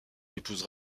épouse